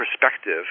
perspective